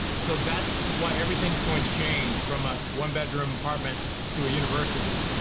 so that's why everything's going to change from a one-bedroom apartment to a university,